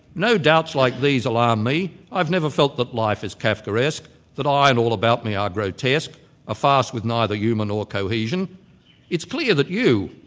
no doubts like these alarm me i've never felt that life is kafkaesque that i and all about me are grotesque a farce with neither human or cohesion it's clear that you,